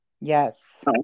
Yes